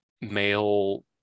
male